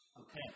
Okay